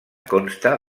consta